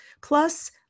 plus